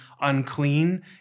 unclean